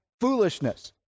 foolishness